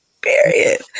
Period